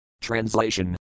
Translation